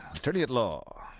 attorney at law,